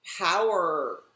power